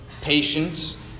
Patience